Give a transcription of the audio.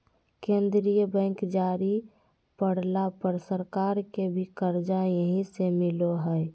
केंद्रीय बैंक जरुरी पड़ला पर सरकार के भी कर्जा यहीं से मिलो हइ